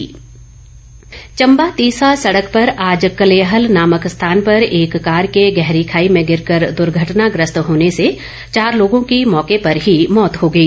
दुर्घटना चंबा तीसा सड़क पर आज कलहेल नामक स्थान पर एक कार के गहरी खाई में गिरकर दुर्घटनाग्रस्त होने से चार लोगों की मौके पर ही मौत हो गई